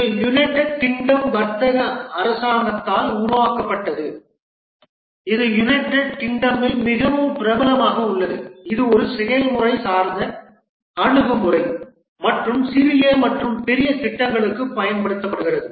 இது United Kingdom வர்த்தக அரசாங்கத்தால் உருவாக்கப்பட்டது இது யுனைடெட் கிங்டமில் மிகவும் பிரபலமாக உள்ளது இது ஒரு செயல்முறை சார்ந்த அணுகுமுறை மற்றும் சிறிய மற்றும் பெரிய திட்டங்களுக்கு பயன்படுத்தப்படுகிறது